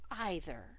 either